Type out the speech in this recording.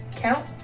count